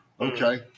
okay